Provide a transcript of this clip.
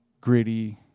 gritty